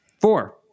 four